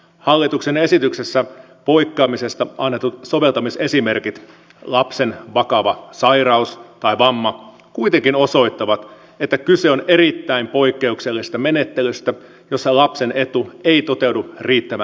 hallituksen esityksessä poikkeamisesta annetut soveltamisesimerkit lapsen vakava sairaus tai vamma kuitenkin osoittavat että kyse on erittäin poikkeuksellisesta menettelystä jossa lapsen etu ei toteudu riittävällä tavalla